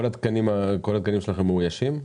כל התקנים שלכם מאוישים?